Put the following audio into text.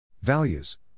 values